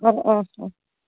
অঁ অঁ অঁ